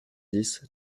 dix